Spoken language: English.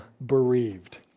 bereaved